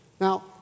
Now